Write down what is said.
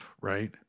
right